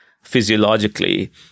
Physiologically